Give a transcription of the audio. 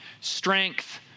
strength